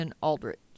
Aldrich